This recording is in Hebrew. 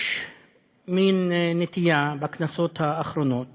יש מין נטייה בכנסות האחרונות